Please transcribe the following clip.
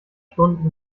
stunden